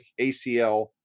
ACL